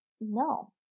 no